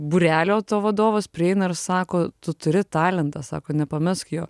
būrelio vadovas prieina ir sako tu turi talentą sako nepamesk jo